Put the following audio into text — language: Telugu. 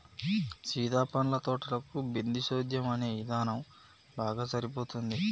సీత పండ్ల తోటలకు బిందుసేద్యం అనే ఇధానం బాగా సరిపోతుంది